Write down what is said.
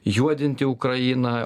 juodinti ukrainą